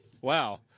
Wow